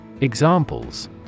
Examples